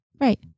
Right